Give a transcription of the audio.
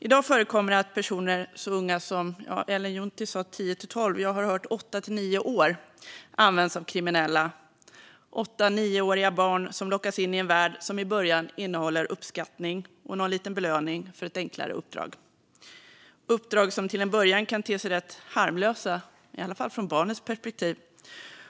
I dag förekommer det att personer så unga som 8-9 år - Ellen Juntti sa 10-12 år; jag har hört 8-9 år - används av kriminella. 8-9-åriga barn lockas in i en värld som i början innehåller uppskattning och någon liten belöning för ett enklare uppdrag. Det är uppdrag som till en början kan te sig rätt harmlösa, i alla fall från barnets perspektiv.